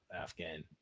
Afghan